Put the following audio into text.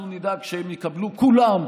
אנחנו נדאג שהם יקבלו, כולם,